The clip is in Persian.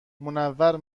منور